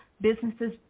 businesses